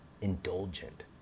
indulgent